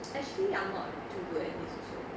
actually I'm not too good at this also